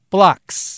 Blocks